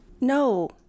No